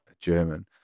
German